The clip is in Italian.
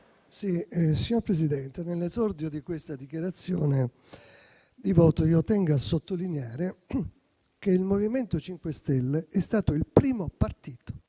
Signor Presidente, nell'esordio di questa dichiarazione di voto, io tengo a sottolineare che il MoVimento 5 Stelle è stato il primo partito,